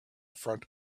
front